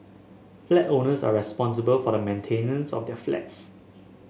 flat owners are responsible for the maintenance of their flats